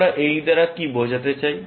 আমরা এই দ্বারা কি বোঝাতে চাই